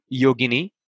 yogini